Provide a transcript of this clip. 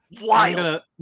Wild